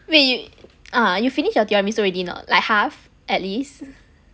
wait you ah you finish your tiramisu already not like half at least